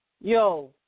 Yo